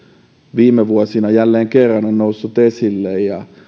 viime vuosina jälleen kerran on noussut esille